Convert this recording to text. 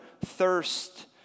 thirst